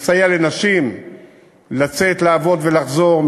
זה מסייע לנשים לצאת לעבוד ולחזור,